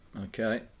Okay